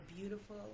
beautiful